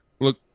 Look